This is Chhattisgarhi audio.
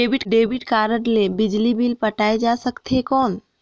डेबिट कारड ले बिजली बिल पटाय जा सकथे कौन?